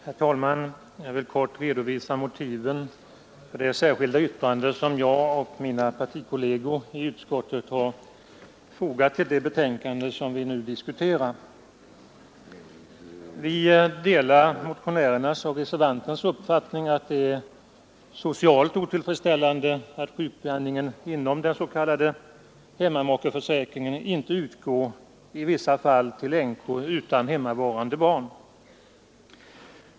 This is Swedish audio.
Herr talman! Jag vill kort redovisa motiven för det särskilda yttrande som jag och mina partikolleger i utskottet har fogat till det betänkande vi nu diskuterar. Vi delar motionärernas och reservanternas uppfattning att det är socialt otillfredsställande att sjukpenningen inom den s.k. hemmamakeförsäkringen inte utgår i vissa fall till änkor utan hemmavarande barn.